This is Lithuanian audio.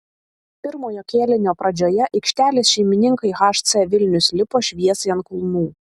pirmojo kėlinio pradžioje aikštelės šeimininkai hc vilnius lipo šviesai ant kulnų